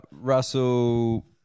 Russell